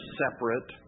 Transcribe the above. separate